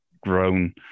grown